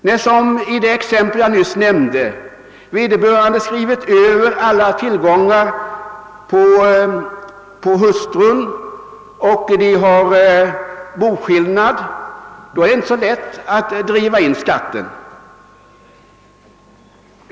När som i det exempel jag nyss nämnde vederbörande skrivit över alla tillgångar på hustrun och makarna har boskillnad, är det inte så lätt att driva in skatten.